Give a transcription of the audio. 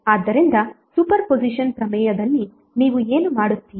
ಆದ್ದರಿಂದ superposition ಪ್ರಮೇಯದಲ್ಲಿ ನೀವು ಏನು ಮಾಡುತ್ತೀರಿ